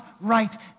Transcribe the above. right